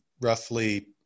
roughly